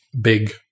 big